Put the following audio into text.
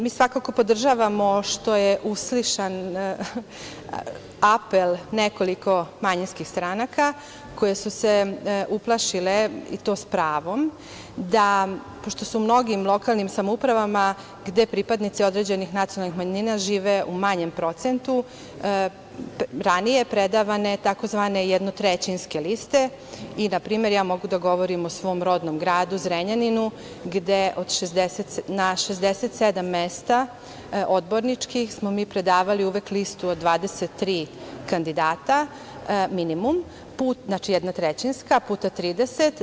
Mi svakako podržavamo što je uslišen apel nekoliko manjinskih stranaka koje su se uplašile, s pravom, da pošto su u mnogim lokalnim samoupravama gde pripadnici određenih nacionalnih manjina žive u manjem procentu ranije predavane tzv. jednotrećinske liste i, na primer, ja mogu da govorim o svom rodnom gradu Zrenjaninu, gde na 67 odborničkih mesta smo mi predavali uvek listu od 23 kandidata, minimum, znači jednotrećinska, puta 30.